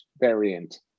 variant